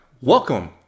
welcome